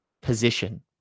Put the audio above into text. position